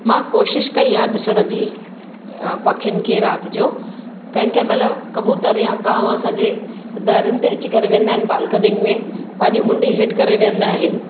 मां कोशिशि कई आहे ॾिसण जी अ पखियुनि खे राति जो कंहिं कंहिं महिल कबुतर या कांव असांजे दरियुनि ते अची करे वेहंदा आहिनि बाल्कनियुनि में पंहिंजी मुंडी हेठि करे वेहंदा आहिनि